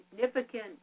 significant